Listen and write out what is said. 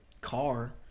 car